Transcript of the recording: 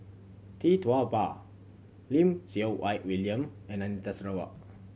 Tee Tua Ba Lim Siew Wai William and Anita Sarawak